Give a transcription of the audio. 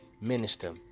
Minister